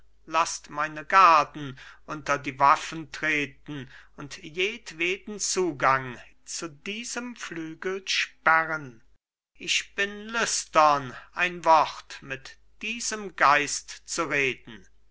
laßt meine garden unter die waffen treten und jedweden zugang zu diesem flügel sperren ich bin lüstern ein wort mit diesem geist zu reden